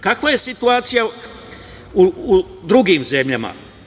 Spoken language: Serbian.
Kakva je situacija u drugim zemljama?